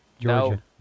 Georgia